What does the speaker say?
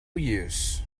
use